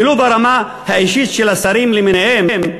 ולו ברמה האישית של השרים למיניהם,